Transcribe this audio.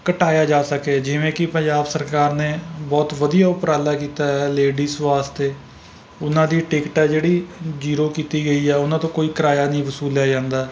ਘਟਾਇਆ ਜਾ ਸਕੇ ਜਿਵੇਂ ਕਿ ਪੰਜਾਬ ਸਰਕਾਰ ਨੇ ਬਹੁਤ ਵਧੀਆ ਉਪਰਾਲਾ ਕੀਤਾ ਹੈ ਲੇਡਿਜ਼ ਵਾਸਤੇ ਉਹਨਾਂ ਦੀ ਟਿਕਟ ਹੈ ਜਿਹੜੀ ਜੀਰੋ ਕੀਤੀ ਗਈ ਹੈ ਉਹਨਾਂ ਤੋਂ ਕੋਈ ਕਿਰਾਇਆਂ ਨਹੀਂ ਵਸੂਲਿਆ ਜਾਂਦਾ